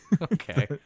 okay